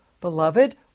beloved